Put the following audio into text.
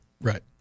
right